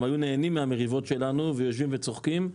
גם היו נהנים מהמריבות שלנו ויושבים וצוחקים.